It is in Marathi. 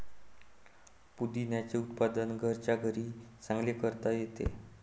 पुदिन्याचे उत्पादन घरच्या घरीही चांगले करता येते